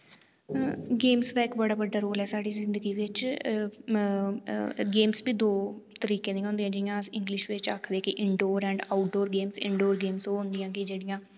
games दा इक बड़ा बड्डा रोल ऐ साढ़ी जिंदगी बिच गेम्ज बी दो तरीके दि'यां होंदियां जि'यां अस इंग्लिश बिच आखदे कि indoor and outdoor games indoor games ओह् होंदियां कि जेह्ड़ियां